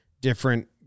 Different